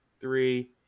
three